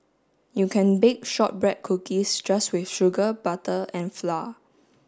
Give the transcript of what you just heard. you can bake shortbread cookies just with sugar butter and flour